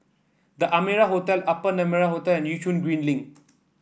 The Amara Hotel Upper Neram Hotel and Yishun Green Link